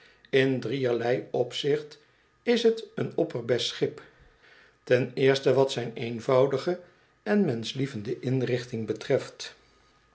in drieërlei opzicht is t een opperbest schip ten eerste wat zijn eenvoudige en menschlievende inrichting betreft